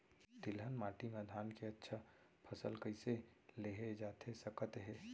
तिलहन माटी मा धान के अच्छा फसल कइसे लेहे जाथे सकत हे?